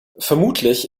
vermutlich